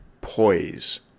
poise